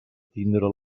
tindre